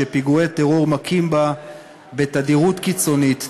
שפיגועי טרור מכים בה בתדירות קיצונית,